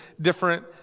different